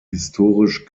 historisch